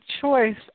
choice